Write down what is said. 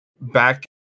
back